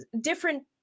different